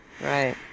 Right